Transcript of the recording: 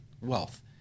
wealth